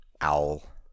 owl